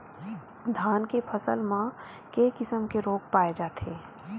धान के फसल म के किसम के रोग पाय जाथे?